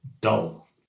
dull